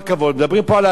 מדברים פה על האסיר,